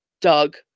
Doug